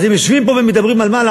אז הם יושבים פה ומדברים, על מה?